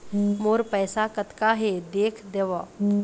मोर पैसा कतका हे देख देव?